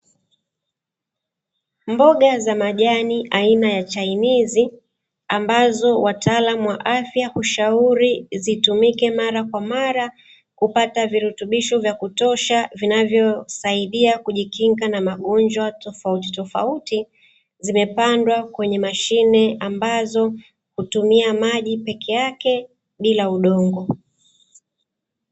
Mboga za majani aina ya chinese, ambazo wataalamu wa afya hushauri zitumike mara kwa mara kupata virutubisho vya kutosha vinavyosaidia kujikinga magonjwa tofauti tofauti, zimepandwa kwenye mashine ambazo hutumia maji pekee yake bila udongo.